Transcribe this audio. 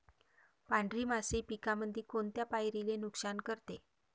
पांढरी माशी पिकामंदी कोनत्या पायरीले नुकसान करते?